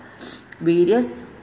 various